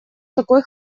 такой